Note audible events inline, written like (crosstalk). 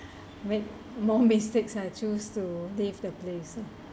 make more mistakes (laughs) I choose to leave the place